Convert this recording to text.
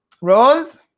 Rose